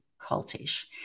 cultish